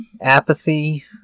apathy